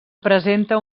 presenta